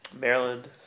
Maryland